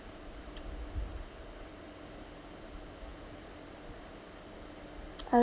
I